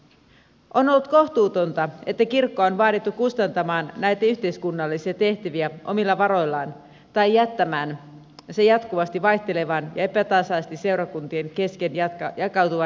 on ollut kohtuutonta että kirkkoa on vaadittu kustantamaan näitä yhteiskunnallisia tehtäviä omilla varoillaan tai jättämään ne jatkuvasti vaihtelevan ja epätasaisesti seurakuntien kesken jakautuvan yhteisöverotulon varaan